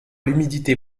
l’humidité